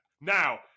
Now